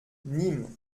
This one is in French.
nîmes